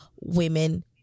women